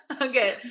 Okay